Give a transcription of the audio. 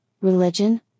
religion